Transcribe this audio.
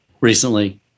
recently